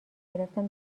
گرفتم